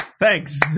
Thanks